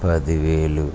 పదివేలు